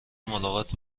ملاقات